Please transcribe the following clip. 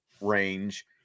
range